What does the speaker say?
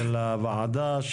של הוועדה,